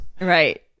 Right